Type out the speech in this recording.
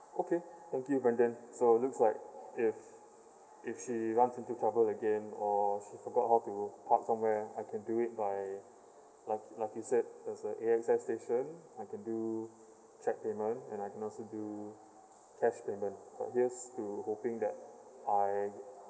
okay thank you brandon so it looks like if she runs into trouble again or she forgot how to park somewhere I can do it by like like you said there's a A_X_S station I can do cheque payment and I can also do cash payment but just to hoping that I